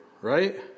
right